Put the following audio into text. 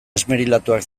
esmerilatuak